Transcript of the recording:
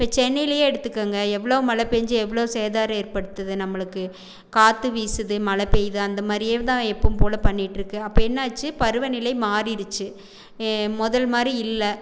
இப்போ சென்னையிலேயே எடுத்துக்கோங்க எவ்வளோ மழை பேய்ஞ்சி எவ்வளோ சேதாரம் ஏற்படுத்துது நம்மளுக்கு காற்று வீசுது மழை பெய்யுது அந்தமாதிரியே தான் எப்பவும் போல் பண்ணிகிட்டு இருக்கு அப்போ என்னாச்சு பருவநிலை மாறிடிச்சு மு தல் மாதிரி இல்லை